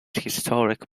historic